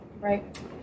Right